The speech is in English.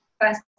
First